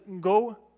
go